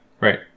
right